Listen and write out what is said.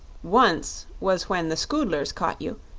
once was when the scoodlers caught you,